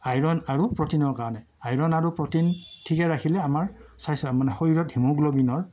iron আৰু প্ৰটিনৰ কাৰণে আইৰণ আৰু প্ৰটিন ঠিকে ৰাখিলে আমাৰ স্বাস্থ্য মানে শৰীৰত হিমগ্ল'বিনৰ